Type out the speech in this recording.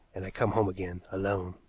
and i come home again alone.